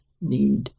need